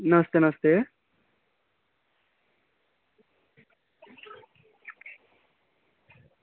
नमस्ते नमस्ते